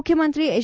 ಮುಖ್ಣಮಂತ್ರಿ ಎಚ್